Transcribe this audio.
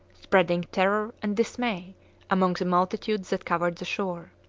spreading terror and dismay among the multitudes that covered the shore.